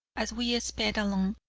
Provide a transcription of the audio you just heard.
as we sped along,